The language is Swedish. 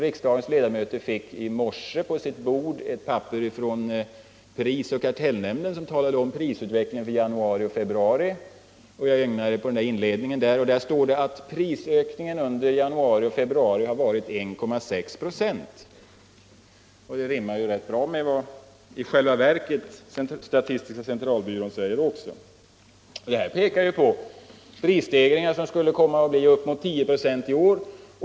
Riksdagens ledamöter fick i dag på sina bord ett meddelande från prisoch kartellnämnden om prisutvecklingen. I inledningen står det att prisökningen under januari och februari har varit 1,6 96, och det rimmar ju rätt bra med vad statistiska centralbyrån i själva verket också säger. Allt pekar på att prisstegringen i år blir minst 10 96.